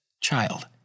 Child